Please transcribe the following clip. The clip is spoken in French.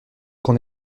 qu’on